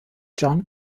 john